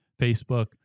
Facebook